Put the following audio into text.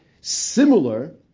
Similar